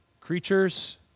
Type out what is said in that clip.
Creatures